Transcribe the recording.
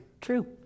True